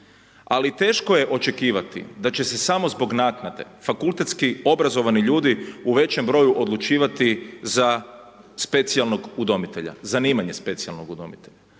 ali teško je očekivati da će se samo zbog naknade fakultetski obrazovani ljudi u većem broju odlučivati za specijalnog udomitelja,